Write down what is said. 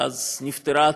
ואז נפתרה התעלומה,